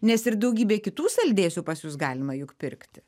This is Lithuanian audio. nes ir daugybė kitų saldėsių pas jus galima juk pirkti